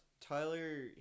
Tyler